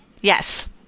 yes